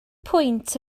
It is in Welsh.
pwynt